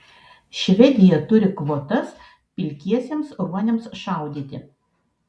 švedija turi kvotas pilkiesiems ruoniams šaudyti